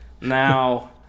now